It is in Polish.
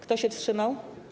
Kto się wstrzymał?